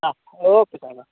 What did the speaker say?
હાં ઓકે સાહેબ હાં